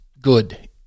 good